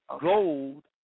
gold